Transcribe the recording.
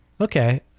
Okay